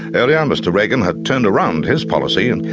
and mr reagan had turned around his policy,